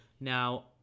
Now